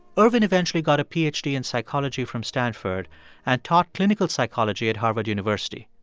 ervin eventually got a ph d. in psychology from stanford and taught clinical psychology at harvard university.